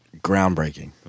Groundbreaking